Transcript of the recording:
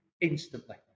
instantly